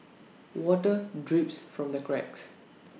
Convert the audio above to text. water drips from the cracks